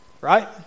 Right